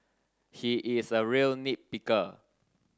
he is a real nit picker